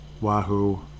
Wahoo